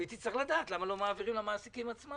ולמה לא מעבירים למעסיקים עצמם.